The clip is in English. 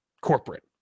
corporate